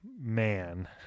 man